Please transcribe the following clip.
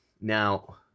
Now